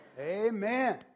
Amen